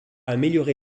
amélioré